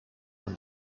and